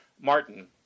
Martin